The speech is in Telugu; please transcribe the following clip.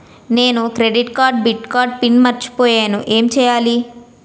నేను క్రెడిట్ కార్డ్డెబిట్ కార్డ్ పిన్ మర్చిపోయేను ఎం చెయ్యాలి?